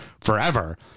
forever